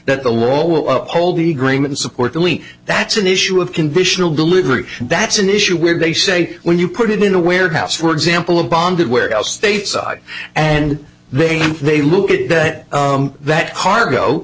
that the law will uphold the agreement supportively that's an issue of conditional delivery and that's an issue where they say when you put it in a warehouse for example of bonded warehouse stateside and they they look at that that cargo